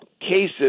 cases